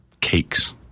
Cakes